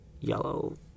yellow